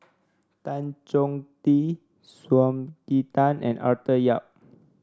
Tan Chong Tee Sumiko Tan and Arthur Yap